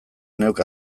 neuk